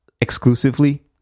exclusively